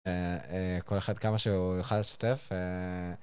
כל אחד כמה שהוא יוכל לשתף.